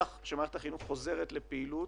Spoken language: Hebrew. החינוך חוזרת לפעילות,